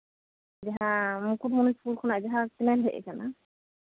ᱡᱟᱦᱟᱸ ᱢᱩᱠᱩᱴᱢᱩᱱᱤ ᱯᱩᱨ ᱠᱷᱚᱱᱟᱜ ᱡᱟᱦᱟᱸ ᱠᱮᱱᱮᱞ ᱦᱮᱡ ᱟᱠᱟᱱᱟ